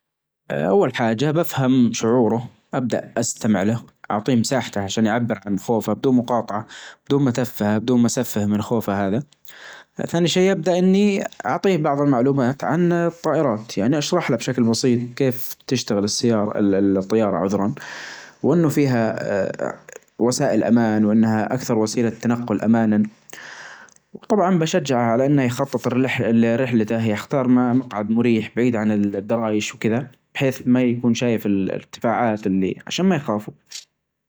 اه اول حاجة بفهم شعوره ابدأ استمع له اعطيه مساحته عشان يعبر عن خوفه بدون مقاطعة بدون ما تفهه بدون ما اسفه من خوفه هذا ثاني شي يبدأ اني اعطيه بعظ المعلومات عن الطائرات يعني اشرح له بشكل بسيط كيف تشتغل السيارة الطيارة عذرا وانه فيها وسائل امان وانها اكثر وسيلة تنقل امانا. وطبعا بشجعه على انه يخطط لرحلته يختار مقعد مريح بعيد عن الدرايش وكذا. بحيث ما يكون شايف الارتفاعات اللي عشان ما يخافوا.